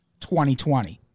2020